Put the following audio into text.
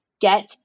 get